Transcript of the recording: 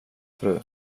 fru